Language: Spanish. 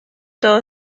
todo